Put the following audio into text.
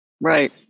Right